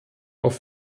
auf